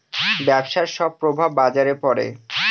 ব্যবসার সব প্রভাব বাজারে পড়ে